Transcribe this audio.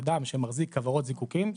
אדם שמחזיק כוורות זיקוקין,